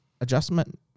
adjustment